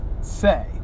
say